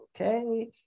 okay